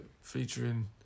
featuring